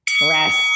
rest